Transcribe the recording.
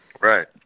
right